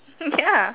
ya